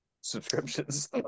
subscriptions